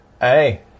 Hey